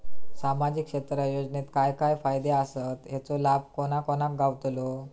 सामजिक क्षेत्र योजनेत काय काय फायदे आसत आणि हेचो लाभ कोणा कोणाक गावतलो?